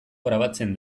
grabatzen